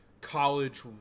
college